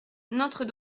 n’entre